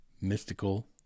mystical